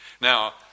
Now